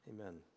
Amen